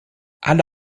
alle